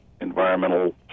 environmental